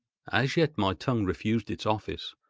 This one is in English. as yet my tongue refused its office,